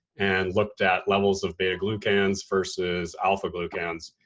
and looked at levels of beta glucans versus alpha glucans.